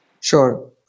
Sure